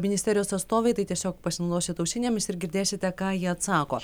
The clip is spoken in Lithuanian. ministerijos atstovai tai tiesiog pasinaudosit ausinėmis ir girdėsite ką ji atsako